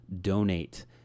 donate